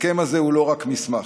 ההסכם הזה הוא לא רק מסמך,